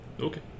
Okay